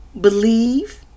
believe